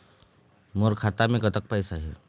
मोर खाता मे कतक पैसा हे?